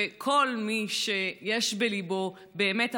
וכל מי שיש בליבו באמת הבנה,